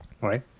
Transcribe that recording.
Right